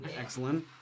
excellent